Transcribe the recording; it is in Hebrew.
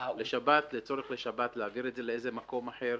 אולי אפשר בשבת להעביר את השידור למקום אחר,